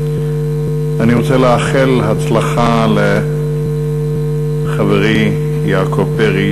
אני רוצה לאחל הצלחה לחברי יעקב פרי,